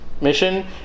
mission